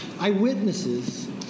Eyewitnesses